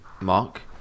Mark